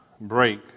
break